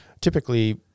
Typically